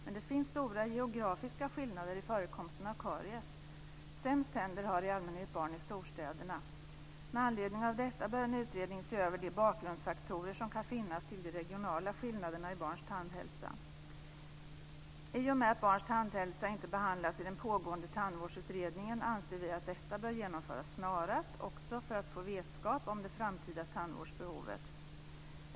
Men det finns stora geografiska skillnader i förekomsten av karies. Sämst tänder har i allmänhet barn i storstäderna. Med anledning av detta bör en utredning se över de bakgrundsfaktorer som kan finnas till de regionala skillnaderna i barns tandhälsa. I och med att barns tandhälsa inte behandlas i den pågående tandvårdsutredningen anser vi att detta bör genomföras snarast, också för att få vetskap om det framtida tandvårdsbehovet.